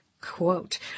quote